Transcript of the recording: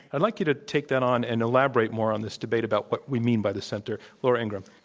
i'd like you to take that on and elaborate more on this debate about what we mean by the center. laura ingraham.